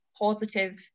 positive